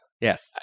Yes